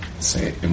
Say